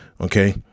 Okay